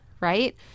right